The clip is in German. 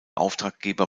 auftraggeber